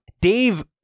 Dave